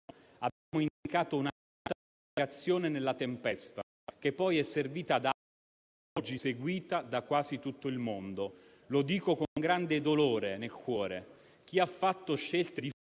Abbiamo indicato una rotta di navigazione nella tempesta, che poi è servita ad altri ed è seguita oggi da quasi tutto il mondo. Lo dico con grande dolore nel cuore. Chi ha fatto scelte differenti